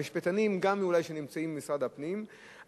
אולי גם המשפטנים שנמצאים במשרד הפנים,